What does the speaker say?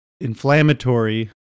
inflammatory